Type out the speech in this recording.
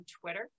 Twitter